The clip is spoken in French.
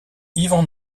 ivan